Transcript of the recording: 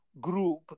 group